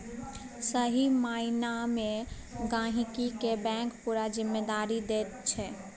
सही माइना मे गहिंकी केँ बैंक पुरा जिम्मेदारी दैत छै